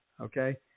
okay